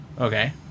Okay